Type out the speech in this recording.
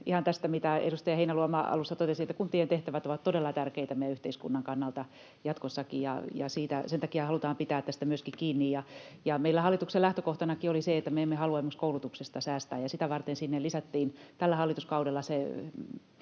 ihan tästä, mitä edustaja Heinäluoma alussa totesi, että kuntien tehtävät ovat todella tärkeitä meidän yhteiskunnan kannalta jatkossakin. Sen takia halutaan pitää myöskin niistä kiinni, ja meillä hallituksen lähtökohtanakin oli se, että me emme halua esimerkiksi koulutuksesta säästää. Sitä varten sinne lisättiin tällä hallituskaudella se